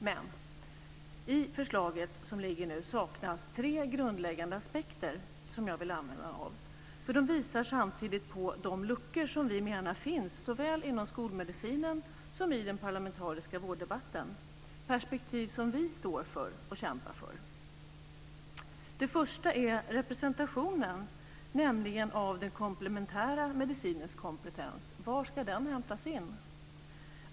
Men i förslaget som ligger nu saknas tre grundläggande aspekter som jag vill ta upp, för de visar samtidigt på de luckor som vi menar finns såväl inom skolmedicinen som i den parlamentariska vårddebatten, perspektiv som vi står för och kämpar för. Det första är representationen, nämligen av den komplementära medicinens kompetens. Var ska den hämtas in?